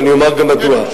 ואני אומר גם מדוע.